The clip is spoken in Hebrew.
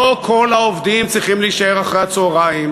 לא כל העובדים צריכים להישאר אחרי-הצהריים,